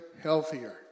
healthier